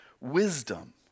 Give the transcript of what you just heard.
wisdom